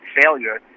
failure